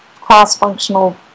cross-functional